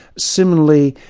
similarly,